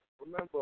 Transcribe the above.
remember